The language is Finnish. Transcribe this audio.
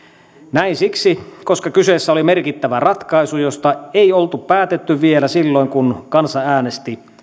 näin siksi koska kyseessä oli merkittävä ratkaisu josta ei oltu päätetty vielä silloin kun kansa äänesti